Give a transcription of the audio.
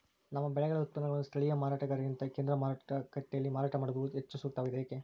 ನಮ್ಮ ಬೆಳೆಗಳ ಉತ್ಪನ್ನಗಳನ್ನು ಸ್ಥಳೇಯ ಮಾರಾಟಗಾರರಿಗಿಂತ ಕೇಂದ್ರ ಮಾರುಕಟ್ಟೆಯಲ್ಲಿ ಮಾರಾಟ ಮಾಡುವುದು ಹೆಚ್ಚು ಸೂಕ್ತವಾಗಿದೆ, ಏಕೆ?